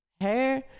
hair